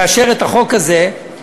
לאשר את החוק הזה,